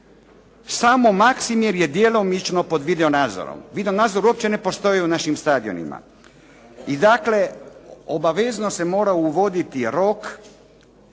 Samo Maksimir je djelomično pod video nadzorom. Video nadzor uopće ne postoji na našim stadionima. I dakle, obavezno se mora uvoditi rok,